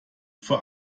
vor